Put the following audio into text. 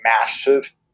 massive